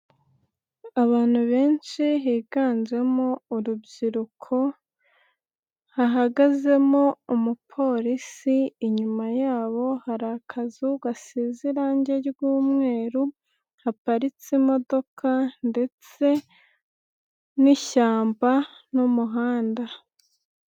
Abantu benshi higanjemo urubyiruko hahagazemo umupolisi, inyuma yabo hari akazu gasize irange ry'umweru haparitse imodoka ndetse n'ishyamba n'umuhanda.